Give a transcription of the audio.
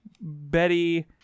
Betty